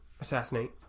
assassinate